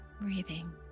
breathing